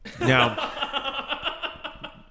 Now